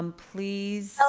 um please ah